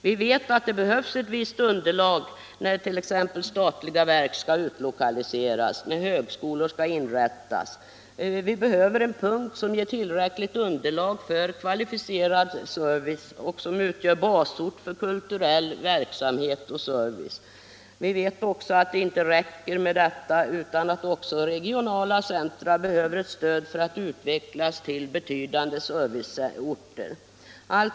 Vi vet att det behövs ett visst underlag, t.ex. när statliga verk skall utlokaliseras eller när högskolor skall inrättas. Det behövs punkter som ger tillräckligt underlag för kvalificerad service och som utgör basorter för kulturell verksamhet. Vi vet också att det inte räcker med detta utan att även regionala centra behöver stöd för att utvecklas till betydande serviceorter.